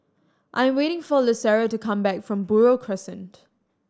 I am waiting for Lucero to come back from Buroh Crescent